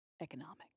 economic